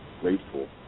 grateful